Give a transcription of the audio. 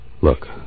Look